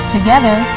Together